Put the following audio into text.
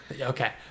Okay